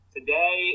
Today